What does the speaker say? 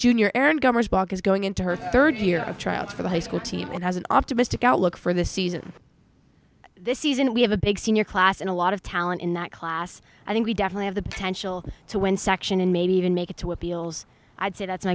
junior is going into her third year of tryouts for the high school team and has an optimistic outlook for the season this season we have a big senior class and a lot of talent in that class i think we definitely have the potential to win section and maybe even make it to appeals i'd say that's